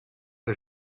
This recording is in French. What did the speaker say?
que